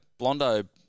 Blondo